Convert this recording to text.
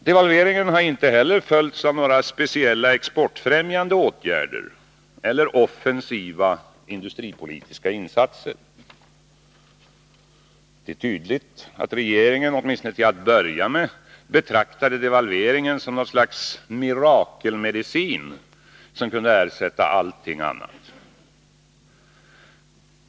Devalveringen har inte heller följts av några speciella exportfrämjande åtgärder eller offensiva industripolitiska insatser. Det är tydligt att regeringen åtminstone till att börja med betraktade devalveringen som något slags mirakelmedicin, som kunde ersätta allting annat.